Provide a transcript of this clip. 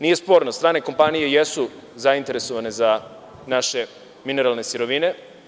Nije sporno, strane kompanije jesu zainteresovane za naše mineralne sirovine.